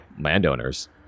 Landowners